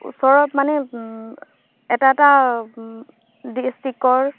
ওচৰত মানে এটা এটা ডিষ্ট্ৰিক্টৰ